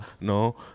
no